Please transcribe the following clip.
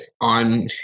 on